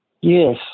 Yes